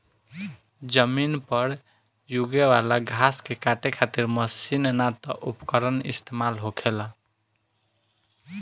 जमीन पर यूगे वाला घास के काटे खातिर मशीन ना त उपकरण इस्तेमाल होखेला